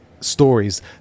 stories